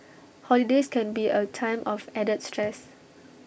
holidays can be A time of added stress